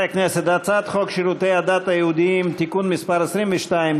הצעת חוק שירותי הדת היהודיים (תיקון מס' 22),